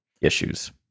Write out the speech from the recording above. issues